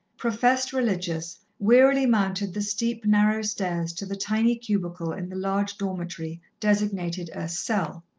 professed religious, wearily mounted the steep, narrow stairs to the tiny cubicle in the large dormitory, designated a cell.